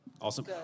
Awesome